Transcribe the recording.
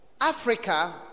Africa